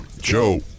Joe